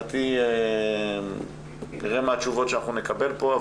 נראה מה התשובות שאנחנו נקבל פה,